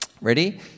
Ready